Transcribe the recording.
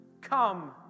Come